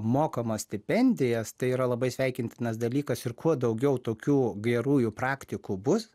mokama stipendijas tai yra labai sveikintinas dalykas ir kuo daugiau tokių gerųjų praktikų bus